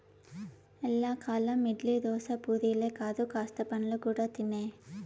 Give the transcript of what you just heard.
ఎల్లకాలం ఇడ్లీ, దోశ, పూరీలే కాదు కాస్త పండ్లు కూడా తినే